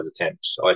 attempts